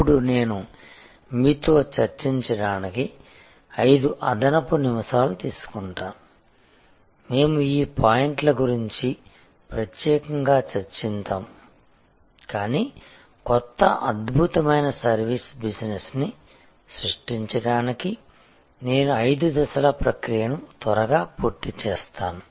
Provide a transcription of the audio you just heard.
ఇప్పుడు నేను మీతో చర్చించడానికి 5 అదనపు నిమిషాలు తీసుకుంటాను మేము ఈ పాయింట్ల గురించి ప్రత్యేకంగా చర్చించాము కానీ కొత్త అద్భుతమైన సర్వీస్ బిజినెస్ని సృష్టించడానికి నేను ఐదు దశల ప్రక్రియను త్వరగా పూర్తి చేస్తాను